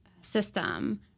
system